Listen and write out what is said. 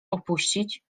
opuścić